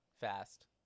fast